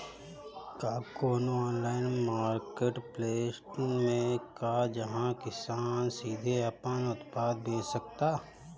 का कोनो online marketplace बा जहां किसान सीधे अपन उत्पाद बेच सकता?